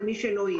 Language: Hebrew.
למי שלא יהיה.